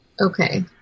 okay